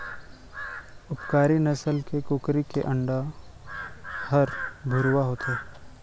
उपकारी नसल के कुकरी के अंडा हर भुरवा होथे